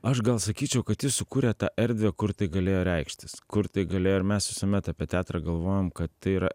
aš gal sakyčiau kad jis sukurė tą erdvę kur tai galėjo reikštis kur tai galėjo ir mes visuomet apie teatrą galvojam kad tai yra